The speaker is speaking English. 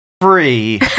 free